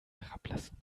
herablassen